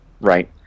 right